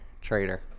Traitor